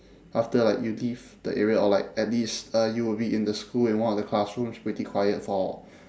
after like you leave the area or like at least uh you would be in the school in one of the classrooms pretty quiet for